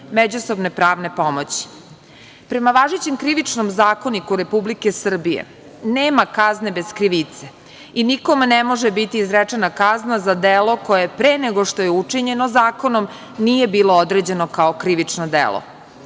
međusobne pravne pomoći. Prema važećem Krivičnom zakoniku Republike Srbije nema kazne bez krivice i nikome ne može biti izrečena kazna za delo koje, pre nego što je učinjeno zakonom, nije bilo određeno kao krivično delo.